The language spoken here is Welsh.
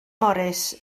morris